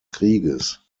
krieges